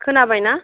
खोनाबायना